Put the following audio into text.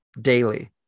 daily